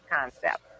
concept